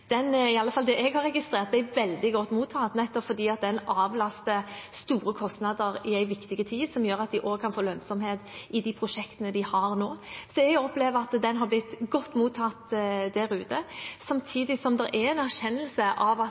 Den har blitt – i hvert fall ut fra det jeg har registrert – veldig godt mottatt, fordi den avlaster store kostnader i en viktig tid, som gjør at de kan få lønnsomhet i de prosjektene de har nå. Så jeg opplever at den har blitt godt mottatt der ute. Samtidig er det en erkjennelse av at